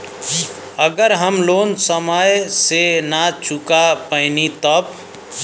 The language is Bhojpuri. अगर हम लोन समय से ना चुका पैनी तब?